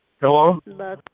Hello